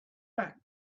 back